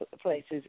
places